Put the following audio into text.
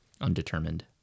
undetermined